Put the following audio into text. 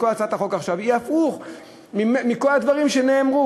וכל הצעת החוק עכשיו היא הפוכה מכל הדברים שנאמרו.